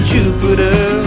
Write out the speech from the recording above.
Jupiter